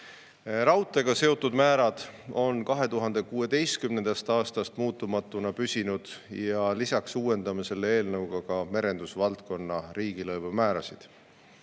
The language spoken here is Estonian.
Raudteega seotud määrad on 2016. aastast muutumatuna püsinud. Lisaks uuendame selle eelnõuga merendusvaldkonna riigilõivumäärasid.